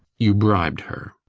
you bribed her.